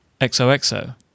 XOXO